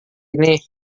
ini